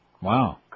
Wow